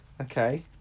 Okay